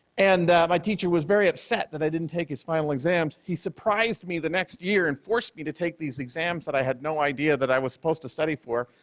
and my teacher was very upset that i didn't take his final exams. he surprised me the next year and forced me to take these exams that i had no idea that i was supposed to study for,